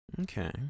Okay